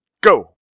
go